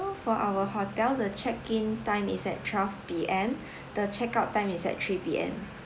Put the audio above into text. for our hotel the check in time is at twelve P_M the check out time is at three P_M